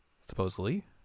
Supposedly